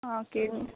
okay